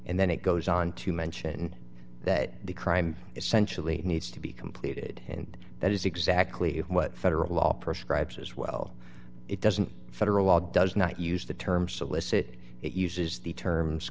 and then it goes on to mention that the crime essentially needs to be completed and that is exactly what federal law prescribes as well it doesn't federal law does not use the term solicit it uses the term